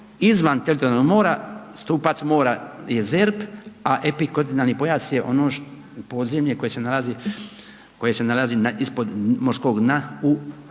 izvan teritorijalnog mora stupac mora je ZERP, a epikontinentalni pojas je ono podzemlje koje se nalazi ispod morskog dna u